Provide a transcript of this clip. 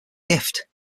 gift